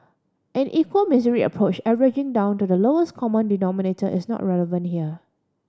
an equal misery approach averaging down to the lowest common denominator is not relevant here